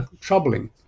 troubling